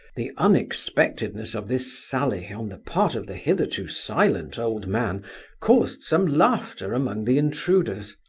the unexpectedness of this sally on the part of the hitherto silent old man caused some laughter among the intruders.